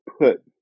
put